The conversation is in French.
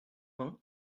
vingt